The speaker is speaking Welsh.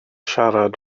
siarad